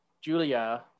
Julia